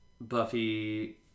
Buffy